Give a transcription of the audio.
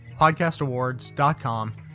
podcastawards.com